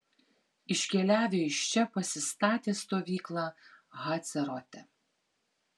iškeliavę iš čia pasistatė stovyklą hacerote